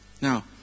Now